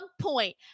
point